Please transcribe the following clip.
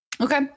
Okay